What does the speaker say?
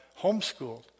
homeschooled